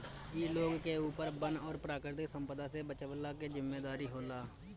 इ लोग के ऊपर वन और प्राकृतिक संपदा से बचवला के जिम्मेदारी होला